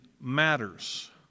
matters